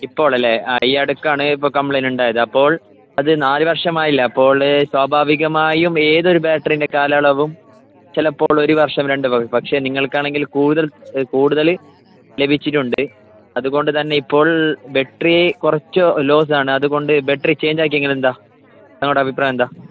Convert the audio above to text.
ഇപ്പോളല്ലെ ആ ഈ അടുക്കാണ് ഇപ്പം കംപ്ലൈന്റ് ഉണ്ടായത് അപ്പോൾ അത് നാല് വർഷം ആയില്ലേ അപ്പോൾ സ്വാഭാവികമായും ഏതൊരു ബാറ്ററീൻ്റെ കാലയളവും ചിലപ്പോൾ ഒരു വർഷം രണ്ട് വ പക്ഷേ നിങ്ങൾക്കാണെങ്കിൽ കൂടുതൽ കൂടുതൽ ലഭിച്ചിട്ടുണ്ട് അതുകൊണ്ടുതന്നെ ഇപ്പോൾ ബാറ്ററി കുറച്ച് ലോസ് ആണ് അതുകൊണ്ട് ബാറ്ററി ചേഞ്ച് ആക്കിയെങ്കിൽ എന്താണ് നിങ്ങളുടെ അഭിപ്രായം എന്താണ്